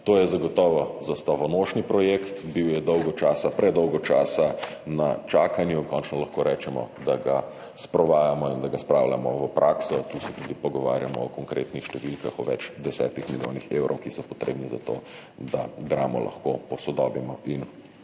To je zagotovo zastavonošni projekt, bil je dolgo časa, predolgo časa na čakanju, končno lahko rečemo, da ga sprovajamo in da ga spravljamo v prakso. Tu se tudi pogovarjamo o konkretnih številkah, o več deset milijonih evrov, ki so potrebni za to, da Dramo lahko posodobimo in prenovimo.